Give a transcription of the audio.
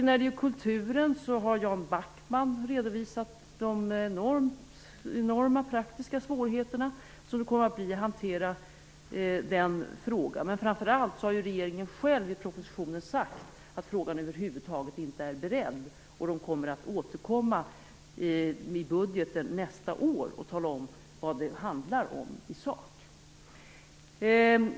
När det gäller kulturen har Jan Backman redovisat de enorma praktiska svårigheter som hanteringen av frågan kommer att innebära. Framför allt har regeringen själv i propositionen sagt att frågan över huvud taget inte är beredd. Man kommer att återkomma i budgeten nästa år och tala om vad det handlar om i sak.